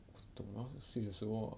等到要睡的时候 lah